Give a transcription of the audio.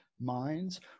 minds